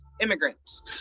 immigrants